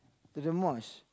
to the mosque